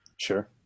Sure